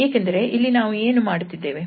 ಏಕೆಂದರೆ ಇಲ್ಲಿ ನಾವು ಏನು ಮಾಡುತ್ತಿದ್ದೇವೆ